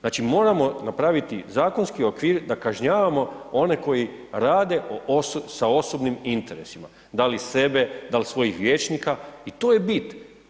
Znači moramo napraviti zakonski okvir da kažnjavamo one koji rade s osobnim interesima, da li sebe, da li svojih vijećnika i to je bit.